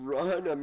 Run